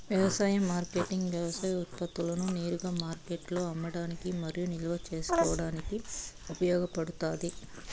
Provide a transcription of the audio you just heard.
వ్యవసాయ మార్కెటింగ్ వ్యవసాయ ఉత్పత్తులను నేరుగా మార్కెట్లో అమ్మడానికి మరియు నిల్వ చేసుకోవడానికి ఉపయోగపడుతాది